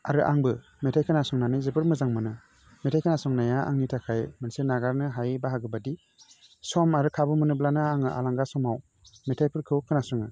आरो आंबो मेथाइ खोनासंनानै जोबोर मोजां मोनो मेथाइ खोनासंनाया आंनि थाखाय मोनसे नागारनो हायै बाहागो बादि सम आरो खाबु मोनोब्लानो आङो आलांगा समाव मेथाइफोरखौ खोनासङो